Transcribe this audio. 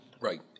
Right